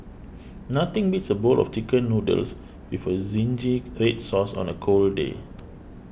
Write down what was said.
nothing beats a bowl of Chicken Noodles with Zingy Red Sauce on a cold day